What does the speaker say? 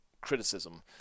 criticism